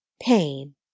pain